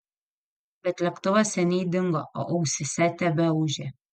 bet lėktuvas seniai dingo o ausyse tebeūžė